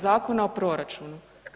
Zakona o proračunu.